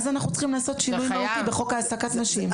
אז אנחנו צריכים לעשות שינוי מהותי בחוק העסקת נשים.